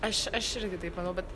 aš aš irgi taip manau bet